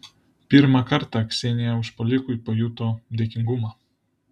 pirmą kartą ksenija užpuolikui pajuto dėkingumą